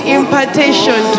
impartation